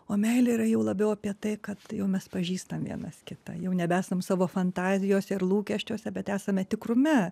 o meilė yra jau labiau apie tai kad jau mes pažįstam vienas kitą jau nebesam savo fantazijose ir lūkesčiuose bet esame tikrume